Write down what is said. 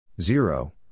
zero